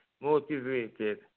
motivated